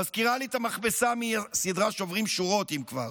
מזכירה לי את המכבסה מהסדרה שובר שורות, אם כבר,